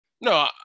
No